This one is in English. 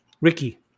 Ricky